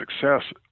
success